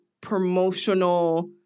promotional